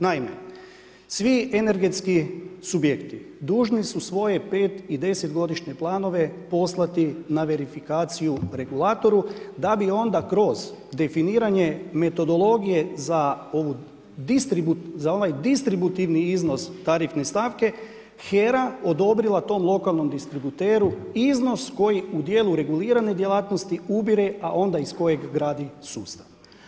Naime, svi energetski subjekti dužni su svoje 5 i 10 godišnje planove poslati na verifikaciju regulatoru da bi onda kroz definiranje metodologije za ovaj distributivni iznos tarifne stavke, HERA odobrila tom lokalnom distributeru iznos koji u djelu regulirane djelatnosti ubire a onda iz kojeg gradi sustav.